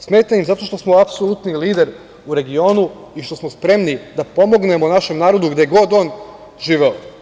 Smeta im zato što smo apsolutni lider u regionu i što smo spremni da pomognemo našem narodu gde god on živeo.